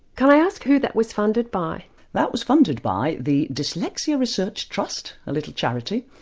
can i ask who that was funded by? that was funded by the dyslexia research trust a little charity,